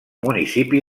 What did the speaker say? municipi